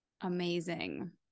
Amazing